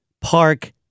park